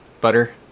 butter